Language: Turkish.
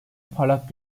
parlak